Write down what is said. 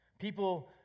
People